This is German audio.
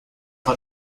war